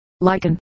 lichen